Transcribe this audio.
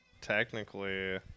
technically